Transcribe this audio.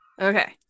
Okay